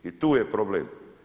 I tu je problem.